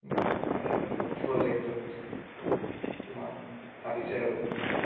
এনেই প্ৰজেক্টত তোমাক ভাবিছে আৰু